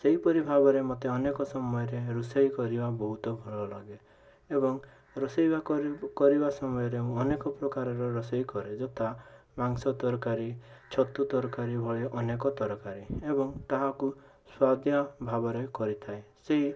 ସେହିପରି ଭାବରେ ମୋତେ ଅନେକ ସମୟରେ ରୋଷେଇ କରିବା ବହୁତ ଭଲ ଲାଗେ ଏବଂ ରୋଷେଇ କରିବା ସମୟରେ ଅନେକ ପ୍ରକାରର ରୋଷେଇ କରେ ଯଥା ମାଂସ ତରକାରୀ ଛତୁ ତରକାରୀ ଭଳି ଅନେକ ତରକାରୀ ଏବଂ ତାହାକୁ ସୁଆଦିଆ ଭାବରେ କରିଥାଏ ସେଇ